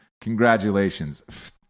Congratulations